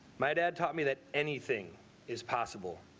my dad taught me that anything is possible.